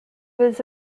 was